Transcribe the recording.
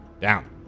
down